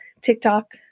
TikTok